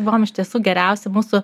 buvom iš tiesų geriausi mūsų